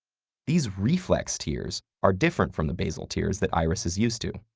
these reflex tears are different from the basal tears that iris is used to.